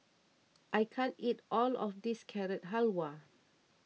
I can't eat all of this Carrot Halwa